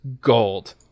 gold